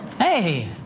Hey